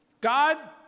God